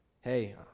Hey